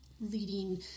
leading